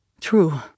true